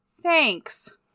Thanks